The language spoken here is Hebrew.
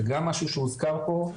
זה גם משהו שהוזכר פה.